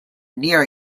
near